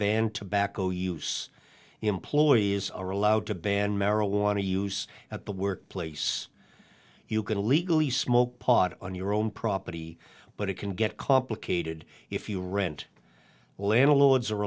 banned tobacco use employees are allowed to ban marijuana use at the workplace you can legally smoke pot on your own property but it can get complicated if you rent landlords are